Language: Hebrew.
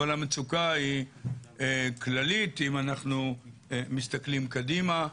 אבל המצוקה היא כללית אם אנחנו מסתכלים קדימה,